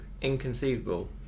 inconceivable